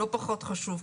לא פחות חשוב,